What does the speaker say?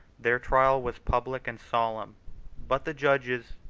their trial was public and solemn but the judges,